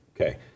Okay